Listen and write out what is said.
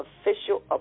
Official